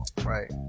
Right